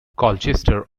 colchester